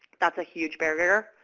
that's a huge barrier.